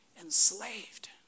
enslaved